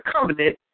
covenant